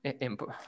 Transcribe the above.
input